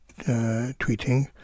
tweeting